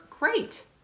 great